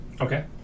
Okay